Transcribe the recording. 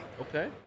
Okay